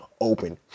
open